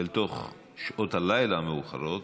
אל תוך שעות הלילה המאוחרות,